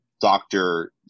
doctor